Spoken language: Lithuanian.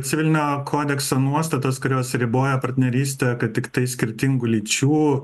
civilinio kodekso nuostatos kurios riboja partnerystę kad tiktai skirtingų lyčių